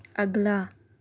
اگلا